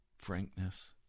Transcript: Frankness